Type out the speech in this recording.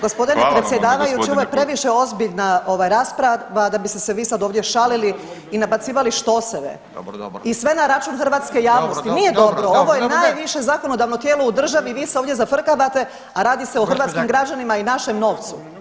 Gospodine predsjedavajući ovo je previše ozbiljna rasprava da biste se vi sad ovdje šalili i nabacivali štoseve [[Upadica Radin: Dobro, dobro.]] i sve na račun hrvatske javnosti [[Upadica Radin: Dobro, dobro.]] Nije dobro, ovo je najviše zakonodavno tijelo i vi se ovdje zafrkavate, a radi se o hrvatskim građanima i našem novcu.